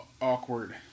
awkward